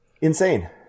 Insane